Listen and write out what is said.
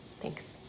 Thanks